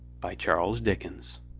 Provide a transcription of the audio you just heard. by charles dickens